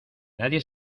nadie